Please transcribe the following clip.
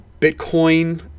Bitcoin